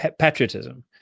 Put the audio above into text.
patriotism